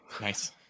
Nice